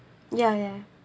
ya ya